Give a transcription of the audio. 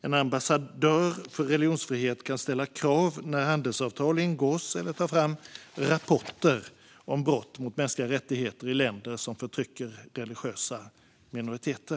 En ambassadör för religionsfrihet kan ställa krav när handelsavtal ingås eller ta fram rapporter om brott mot mänskliga rättigheter i länder som förtrycker religiösa minoriteter.